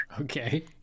Okay